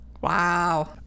Wow